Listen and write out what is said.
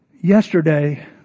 Yesterday